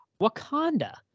Wakanda